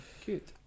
Cute